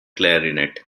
clarinet